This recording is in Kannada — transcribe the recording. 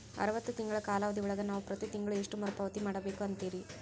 ಅರವತ್ತು ತಿಂಗಳ ಕಾಲಾವಧಿ ಒಳಗ ನಾವು ಪ್ರತಿ ತಿಂಗಳು ಎಷ್ಟು ಮರುಪಾವತಿ ಮಾಡಬೇಕು ಅಂತೇರಿ?